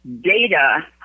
data